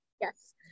yes